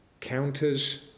counters